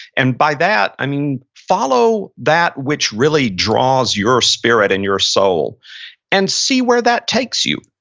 and by that, i mean follow that which really draws your spirit and your soul and see where that takes you.